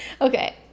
okay